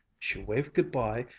she waved good-bye,